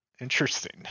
Interesting